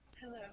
Hello